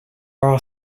are